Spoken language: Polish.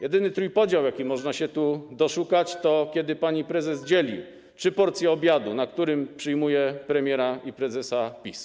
Jedyny trójpodział, jakiego można się tu doszukać, jest wtedy, kiedy pani prezes dzieli trzy porcje obiadu, na którym przyjmuje premiera i prezesa PiS.